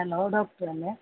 hello ഡോക്ടറ അല്ലെ